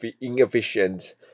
inefficient